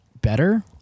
better